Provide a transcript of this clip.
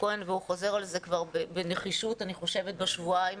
כהן ואני חושבת שהוא חוזר על זה כבר בנחישות בשבועיים